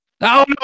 No